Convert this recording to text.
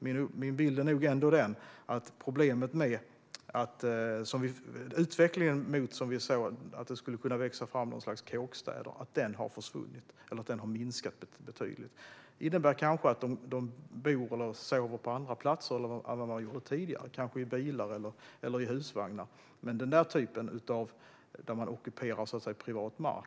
Min bild är ändå att den utveckling vi såg mot att det skulle kunna växa fram någon sorts kåkstäder har saktat ned betydligt. Det innebär kanske att de bor eller sover på andra platser än tidigare, kanske i bilar eller husvagnar. Men min bedömning är att situationer där man ockuperar privat mark